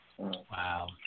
Wow